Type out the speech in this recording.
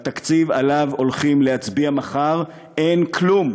בתקציב שעליו הולכים להצביע מחר אין כלום,